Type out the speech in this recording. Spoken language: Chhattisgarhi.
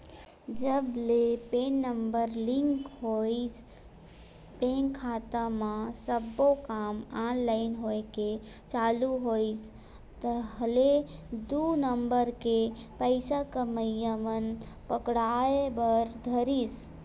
जब ले पेन नंबर लिंक होइस बेंक खाता म सब्बो काम ऑनलाइन होय के चालू होइस ताहले दू नंबर के पइसा कमइया मन पकड़ाय बर धरिस